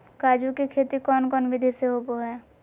काजू के खेती कौन कौन विधि से होबो हय?